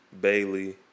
Bailey